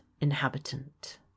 inhabitant